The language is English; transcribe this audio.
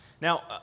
Now